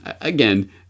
Again